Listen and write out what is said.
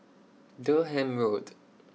Durham Road